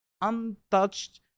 untouched